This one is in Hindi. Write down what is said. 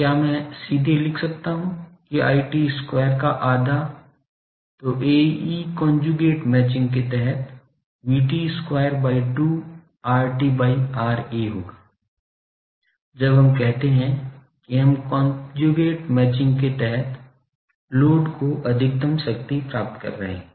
तो क्या मैं सीधे लिख सकता हूं कि IT square का आधा तो Ae कोंजूगेट मैचिंग के तहत VT square by 2 RT by RA होगा जब हम कहते हैं कि हम कोंजूगेट मैचिंग के तहत लोड को अधिकतम शक्ति प्राप्त कर रहे हैं